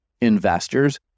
investors